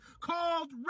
Called